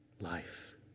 life